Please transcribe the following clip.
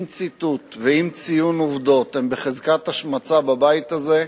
אם ציטוט ואם ציון עובדות הם בחזקת השמצה בבית הזה,